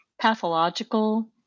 pathological